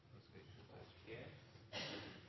nå skal